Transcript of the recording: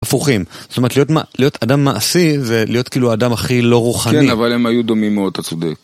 הפוכים, זאת אומרת להיות מה, להיות אדם מעשי זה להיות כאילו האדם הכי לא רוחני. כן, אבל הם היו דומים מאוד אתה צודק.